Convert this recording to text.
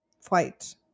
flight